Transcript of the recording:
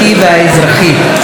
בבקשה, אדוני,